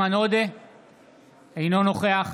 אינו נוכח